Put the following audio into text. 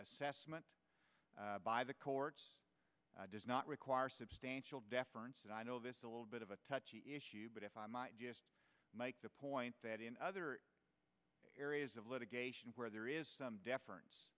assessment by the court does not require substantial deference and i know this a little bit of a touchy but if i might just make the point that in other areas of litigation where there is some deference